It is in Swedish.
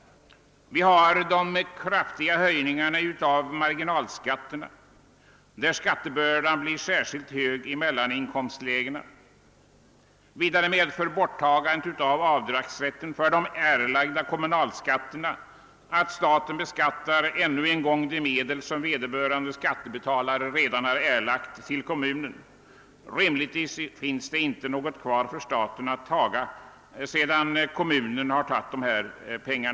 De kraftiga höjningarna av marginalskatten, där skattebördan blir särskilt hög, träffar mellaninkomstlägena. Vidare medför borttagandet av avdragsrätten för erlagda kommunalskatter att staten ännu en gång beskattar de medel som vederbörande skattebetalare redan har erlagt till kommunen. Rimligtvis finns det inte någonting kvar för staten att ta sedan kommunen har fått dessa pengar.